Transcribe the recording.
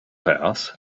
house